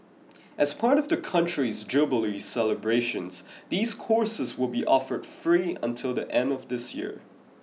as part of the country's jubilee celebrations these courses will be offered free until the end of this year